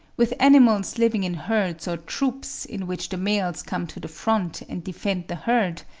with animals living in herds or troops, in which the males come to the front and defend the herd,